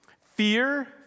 Fear